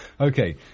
Okay